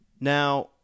now